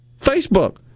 Facebook